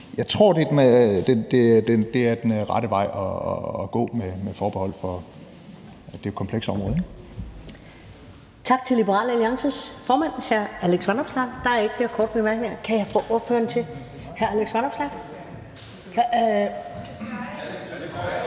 Jeg tror, det er den rette vej at gå med forbehold for, at det er et komplekst område.